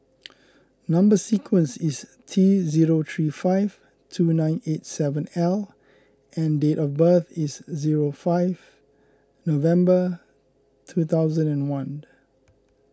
Number Sequence is T zero three five two nine eight seven L and date of birth is zero five November two thousand and one